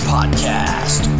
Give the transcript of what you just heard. Podcast